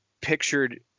pictured